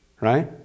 right